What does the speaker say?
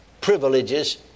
privileges